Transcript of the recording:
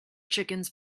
chickens